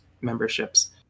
memberships